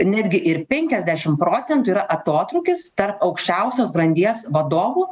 netgi ir penkiasdešim procentų yra atotrūkis tarp aukščiausios grandies vadovų